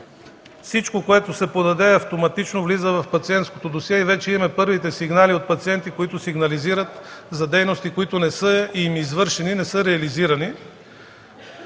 всичко, което се подаде, влиза автоматично в пациентското досие и вече имаме първите сигнали от пациенти, които сигнализират за дейности, които не са им извършени, не са реализирани,